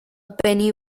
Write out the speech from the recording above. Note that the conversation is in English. penny